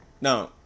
now